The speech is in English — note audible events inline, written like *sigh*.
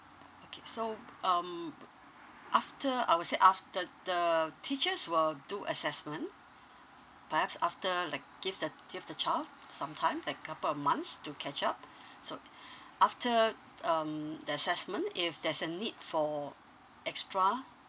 okay so um after I would say after the teachers will do assessment perhaps after like give the give the child some time like couple of months to catch up *breath* so *breath* after um the assessment if there's a need for extra